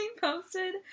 posted